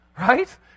right